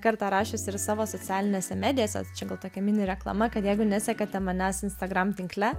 kartą rašiusi ir savo socialinėse medijose čia gal tokia mini reklama kad jeigu nesekate manęs instagram tinkle